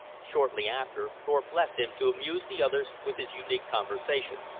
shortly after, thorpe left him to amuse the others with his unique conversation,